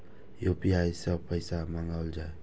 UPI सै पैसा मंगाउल जाय?